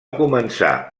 començar